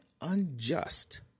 unjust